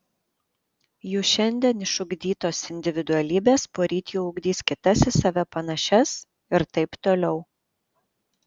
jų šiandien išugdytos individualybės poryt jau ugdys kitas į save panašias ir taip toliau